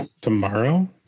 Tomorrow